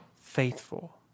faithful